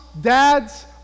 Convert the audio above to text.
dads